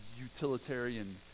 utilitarian